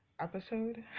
episode